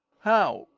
how,